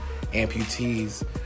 amputees